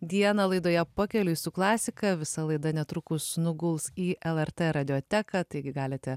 dieną laidoje pakeliui su klasika visa laida netrukus nuguls į lrt radioteką taigi galite